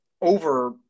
over